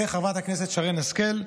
וחברת הכנסת שרן השכל,